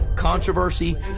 Controversy